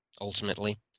ultimately